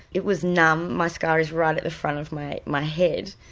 it was numb, my scar is right at the front of my my head,